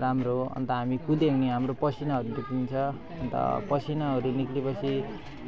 राम्रो हो अन्त हामी कुद्यौँ भने हाम्रो पसिनाहरू निस्कन्छ अन्त पसिनाहरू निस्के पछि